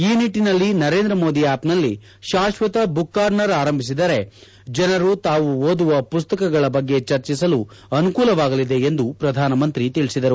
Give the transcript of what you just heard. ಈ ನಿಟ್ಟನಲ್ಲಿ ನರೇಂದ್ರ ಮೋದಿ ಆ್ವಪ್ನಲ್ಲಿ ಶಾಕ್ವತ ಬುಕ್ ಕಾರ್ನರ್ ಆರಂಭಿಸಿದರೆ ಜನರು ತಾವು ಓದುವ ಮಸ್ತಕಗಳ ಬಗ್ಗೆ ಚರ್ಚಿಸಲು ಅನುಕೂಲವಾಗಲಿದೆ ಎಂದು ಪ್ರಧಾನಮಂತ್ರಿ ತಿಳಿಸಿದರು